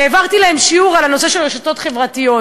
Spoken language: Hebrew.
העברתי להם שיעור על הנושא של רשתות חברתיות,